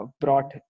brought